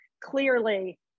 clearly